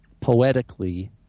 poetically